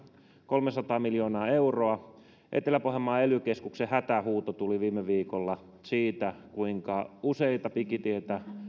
kolmesataa miljoonaa euroa etelä pohjanmaan ely keskuksen hätähuuto tuli viime viikolla siitä kuinka useita